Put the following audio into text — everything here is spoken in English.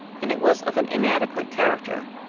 and it was of an inadequate character.